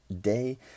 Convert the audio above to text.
day